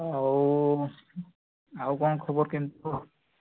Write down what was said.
ଆଉ ଆଉ କ'ଣ ଖବର କେମିତି କୁହ